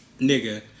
nigga